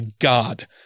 God